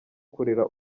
kurera